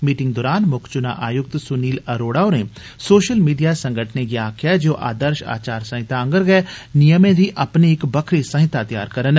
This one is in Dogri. मीटिंग दौरान मुक्ख चुना आयुक्त सुनील अरोड़ा होरें सोशल मीडिया संगठनें गी आक्खेया हा जे ओ आदर्श आचार संहिता आंगर गै नियमें दी अपनी इक बक्खरी संहिता त्यार करन